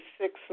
six